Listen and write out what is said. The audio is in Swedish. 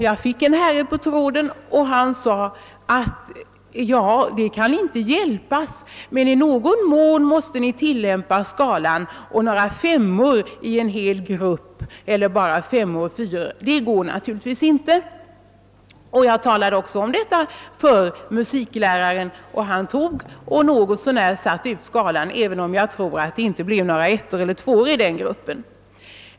Jag fick tala med en herre som sade: »Det kan inte hjälpas, men i någon mån måste ni tillämpa betygsskalan; bara fyror och femmor får det inte vara i en och samma grupp.» Jag meddelade musikläraren detta, och han försökte i någon mån tillämpa normalskalan, även om jag inte tror ati det blev några ettor och tvåor i den gruppen.